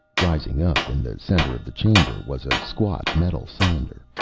rising up in the center of the chamber was a squat metal cylinder,